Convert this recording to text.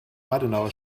adenauer